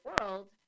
world